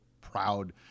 proud